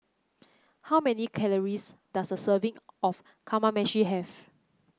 how many calories does a serving of Kamameshi have